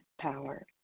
power